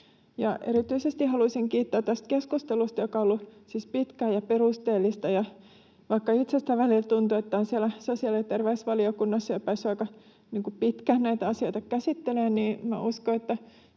Erityisesti haluaisin kiittää tästä keskustelusta, joka on siis ollut pitkää ja perusteellista. Vaikka itsestä välillä tuntuu, että on siellä sosiaali- ja terveysvaliokunnassa jo päässyt aika pitkään näitä asioita käsittelemään, niin uskon,